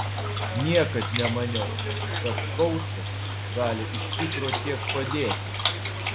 niekad nemaniau kad koučas gali iš tikro tiek padėti